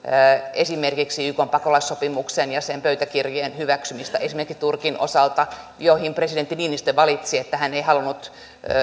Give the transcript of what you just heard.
esimerkiksi ykn pakolaissopimuksen ja sen pöytäkirjojen hyväksymistä esimerkiksi turkin osalta presidentti niinistö valitsi että hän ei niitä halunnut